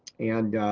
and